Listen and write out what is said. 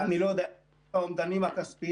אני לא יודע את האומדנים הכספיים.